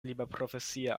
liberprofesia